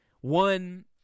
one